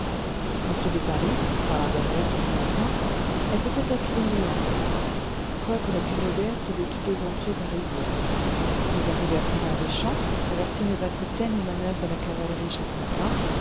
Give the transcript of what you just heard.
l'entrée de paris par la barrière du bon lapin est peut-être la plus agréable quoique la plus modeste de toutes les entrées parisiennes vous arrivez à travers les champs vous traversez une vaste plaine où manoeuvre la cavalerie chaque matin